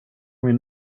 min